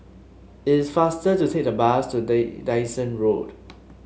it's faster to take the bus to Dyson Road